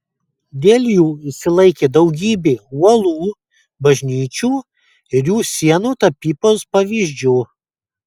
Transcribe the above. dėl jų išsilaikė daugybė uolų bažnyčių ir jų sienų tapybos pavyzdžių